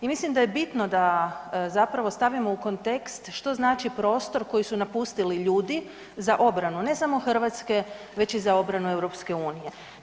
I mislim da je bitno da zapravo stavimo u kontekst što znači prostor koji su napustili ljudi za obranu ne samo Hrvatske, već i za obranu Europske unije.